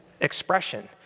expression